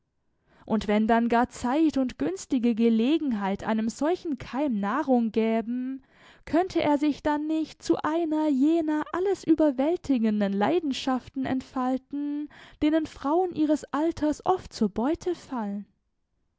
und wenn dann gar zeit und günstige gelegenheit einem solchen keim nahrung gäben könnte er sich dann nicht zu einer jener alles überwältigenden leidenschaften entfalten denen frauen ihres alters oft zur beute fallen